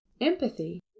Empathy